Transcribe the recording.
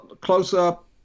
close-up